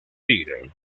tigre